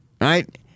right